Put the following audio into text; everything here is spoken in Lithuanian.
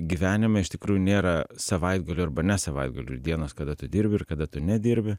gyvenime iš tikrųjų nėra savaitgalių arba ne savaitgalių ir dienos kada tu dirbi ir kada tu nedirbi